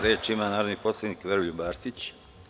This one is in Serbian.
Reč ima narodni poslanik Veroljub Arsić.